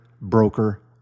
broker